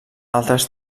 altres